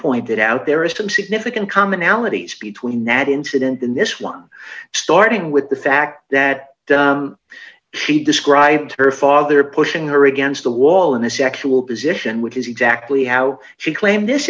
pointed out there is some significant commonalities between that incident in this one starting with the fact that she described her father pushing her against the wall in a sexual position which is exactly how she claimed this